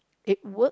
it work